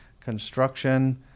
construction